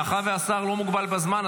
מאחר שהשר לא מוגבל בזמן,